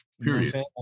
Period